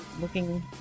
looking